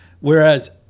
whereas